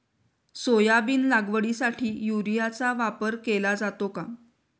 Soybean लागवडीसाठी युरियाचा वापर केला जातो का?